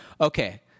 Okay